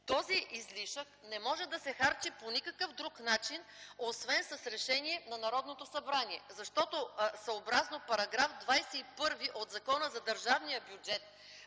Този излишък не може да се харчи по никакъв друг начин освен с решение на Народното събрание. Защото съобразно § 21 от Закона за държавния бюджет